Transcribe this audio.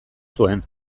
zuen